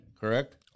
Correct